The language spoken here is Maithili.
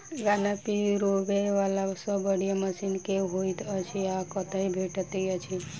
गन्ना पिरोबै वला सबसँ बढ़िया मशीन केँ होइत अछि आ कतह भेटति अछि?